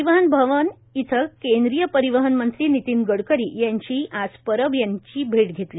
परिवहन भवन इथं केंद्रीय परिवहन मंत्री नितीन गडकरी यांची आज परब यांनी भेट घेतली